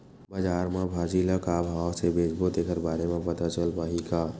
बजार में भाजी ल का भाव से बेचबो तेखर बारे में पता चल पाही का?